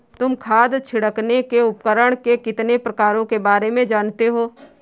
तुम खाद छिड़कने के उपकरण के कितने प्रकारों के बारे में जानते हो?